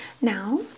Now